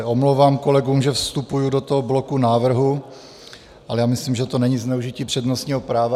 Omlouvá se kolegům, že vstupuji do bloku návrhů, ale myslím, že to není zneužití přednostního práva.